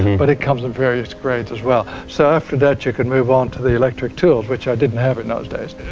but it comes in various grades as well. so after that you can move onto the electric tools which i didn't have in those days.